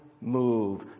move